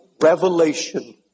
revelation